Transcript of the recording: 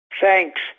thanks